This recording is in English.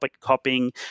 copying